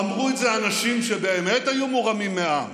אמרו את זה אנשים שבאמת היו מורמים מעם.